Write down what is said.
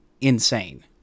insane